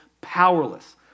powerless